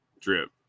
drip